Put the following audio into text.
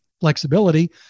flexibility